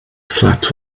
flat